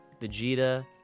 Vegeta